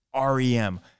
rem